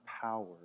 power